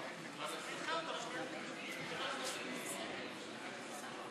הנושא הזה איננו מצוי באחריות משרדי,